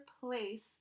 place